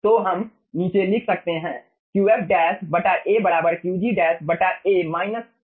तो हम नीचे लिख सकते Qf A Qg A Q A है